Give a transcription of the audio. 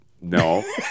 No